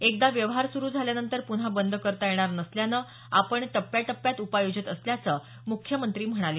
एकदा व्यवहार सुरू झाल्यानंतर पुन्हा बंद करता येणार नसल्यानं आपण टप्प्याटप्प्यात उपाय योजत असल्याचं ते म्हणाले